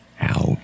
out